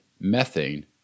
methane